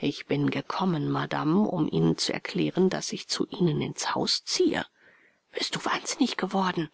ich bin gekommen madame um ihnen zu erklären daß ich zu ihnen ins haus ziehe bist du wahnsinnig geworden